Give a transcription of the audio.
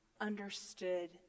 understood